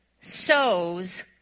sows